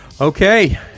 Okay